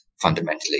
fundamentally